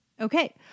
Okay